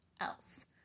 else